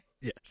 Yes